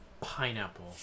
pineapple